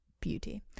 beauty